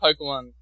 Pokemon